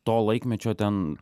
to laikmečio ten